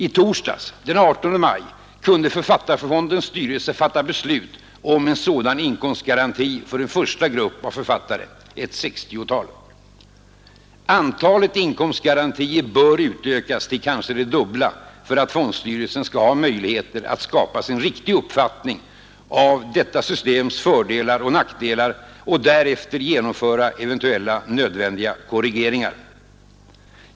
I torsdags, den 18 maj, kunde Författarfondens styrelse fatta beslut om en sådan inkomstgaranti för en första grupp av författare, ett 60-tal. Antalet inkomstgarantier bör utökas till det dubbla för att fondstyrelsen skall ha möjligheter att skapa sig en riktig uppfattning av detta systems fördelar och nackdelar och därefter genomföra eventuellt nödvändiga korrigeringar.